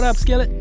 ah skillet?